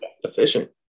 efficient